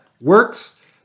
works